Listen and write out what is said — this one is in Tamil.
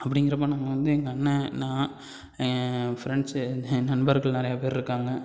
அப்படிங்கிறப்ப நாங்கள் வந்து எங்கள் அண்ண நான் என் ஃப்ரெண்ட்ஸு என் நண்பர்கள் நிறையா பேர் இருக்காங்கள்